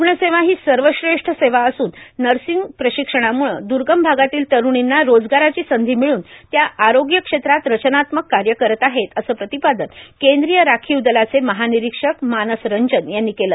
रुग्ण सेवा ही सर्वश्रेष्ठ सेवा असून नर्सिंग प्रशिक्षणामुळे दर्गम भागातील तरुणींना रोजगाराची संधी मिळून त्या आरोग्य क्षेत्रात रचनात्मक कार्य करत आहेत असं प्रतिपादन केंद्रीय राखीव दलाचे महानिरीक्षक मानस रंजन यांनी केले